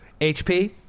HP